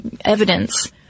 evidence